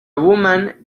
woman